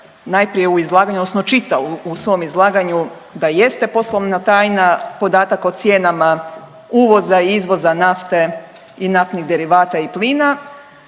najprije u izlaganju odnosno čita u svom izlaganju da jeste poslovna tajna podatak o cijenama uvoza, izvoza nafte i naftnih derivata i plina,